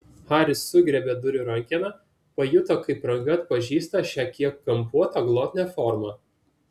haris sugriebė durų rankeną pajuto kaip ranka atpažįsta šią kiek kampuotą glotnią formą